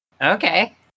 Okay